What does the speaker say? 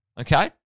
Okay